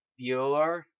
Bueller